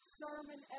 sermon